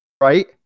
Right